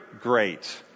great